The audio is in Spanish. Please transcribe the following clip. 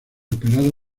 operado